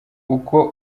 uko